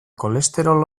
kolesterol